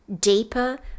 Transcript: deeper